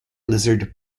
lizard